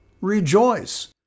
Rejoice